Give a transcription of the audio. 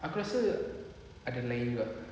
aku rasa ada lain juga